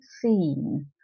seen